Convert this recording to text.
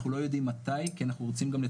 אנחנו לא יודעים מתי כי גם אנחנו,